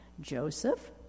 Joseph